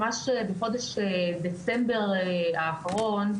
ממש בחודש דצמבר האחרון,